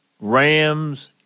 Rams